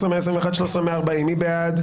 13,061 עד 13,080, מי בעד?